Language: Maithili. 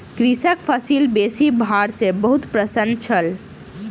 कृषक फसिल बेसी भार सॅ बहुत प्रसन्न छल